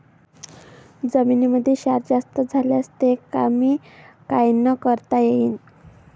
जमीनीमंदी क्षार जास्त झाल्यास ते कमी कायनं करता येईन?